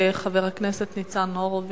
חבר הכנסת ניצן הורוביץ.